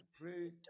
pray